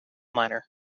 miner